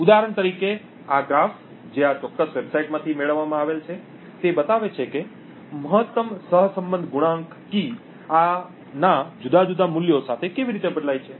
ઉદાહરણ તરીકે આ ગ્રાફ જે આ ચોક્કસ વેબસાઇટમાંથી મેળવવામાં આવેલ છે તે બતાવે છે કે મહત્તમ સહસંબંધ ગુણાંક કી ના જુદા જુદા મૂલ્યો સાથે કેવી રીતે બદલાય છે